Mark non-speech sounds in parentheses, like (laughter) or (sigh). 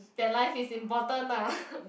that life is important ah (laughs)